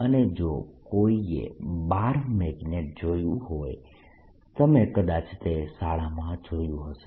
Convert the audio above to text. અને જો કોઈએ બાર મેગ્નેટ જોયું હોય તમે કદાચ તે શાળામાં જોયું હશે